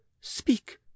speak